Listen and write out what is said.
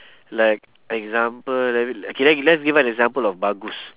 like example l~ okay let let's give one example of bagus